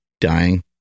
dying